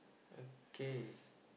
okay